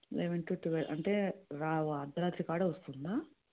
eleven to twelve అంటే రా వా అర్ధ రాత్రి కాడ వస్తుందా